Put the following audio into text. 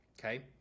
Okay